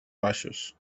baixos